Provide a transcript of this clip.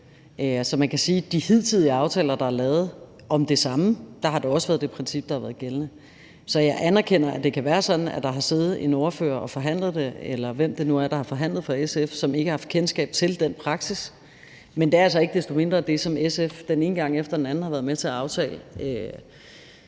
de hidtidige aftaler, der er lavet om det samme, også har været det princip, der har været gældende. Så jeg anerkender, at det kan være sådan, at der har siddet en ordfører, eller hvem det nu er, der har forhandlet for SF, som ikke har haft kendskab til den praksis. Men det er altså ikke desto mindre det, som SF den ene gang efter den anden har været med til at aftale.